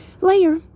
layer